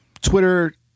twitter